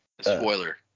Spoiler